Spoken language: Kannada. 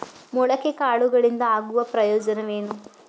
ಮೊಳಕೆ ಕಾಳುಗಳಿಂದ ಆಗುವ ಪ್ರಯೋಜನವೇನು?